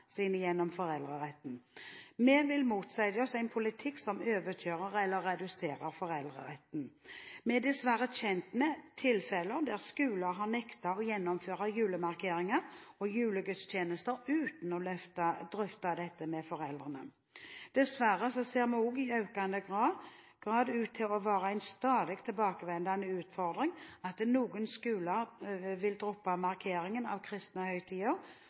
sine gjennom foreldreretten. Vi vil motsette oss en politikk som overkjører eller reduserer foreldreretten. Vi er dessverre kjent med tilfeller der skoler har nektet å gjennomføre julemarkeringer og julegudstjenester, uten å ha drøftet dette med foreldrene. Dessverre ser det også i økende grad ut til å være en stadig tilbakevendende utfordring at noen skoler vil droppe markeringen av kristne høytider